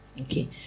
Okay